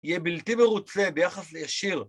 יהיה בלתי מרוצה ביחס לישיר